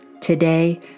Today